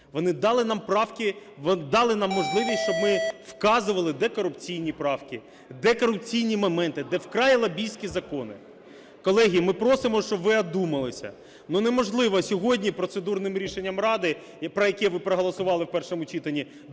Вони дали нам можливість, щоб ми вказували, де корупційні правки, де корупційні моменти, де вкрай лобістські закони. Колеги, ми просимо, щоб ви одумалися. Ну, неможливо сьогодні процедурним рішенням Ради, про яке ви проголосували в першому читанні,